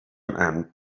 and